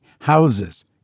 houses